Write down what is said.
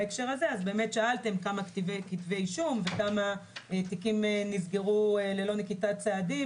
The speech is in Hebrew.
שאלתם כמה כתבי אישום וכמה תיקים נסגרו ללא נקיטת צעדים